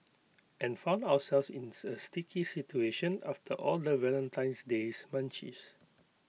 and found ourselves in A sticky situation after all the Valentine's days munchies